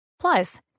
Plus